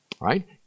Right